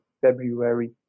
February